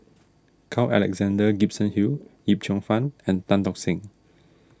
Carl Alexander Gibson Hill Yip Cheong Fun and Tan Tock Seng